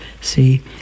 See